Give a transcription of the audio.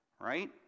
Right